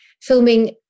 filming